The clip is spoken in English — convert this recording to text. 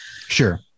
Sure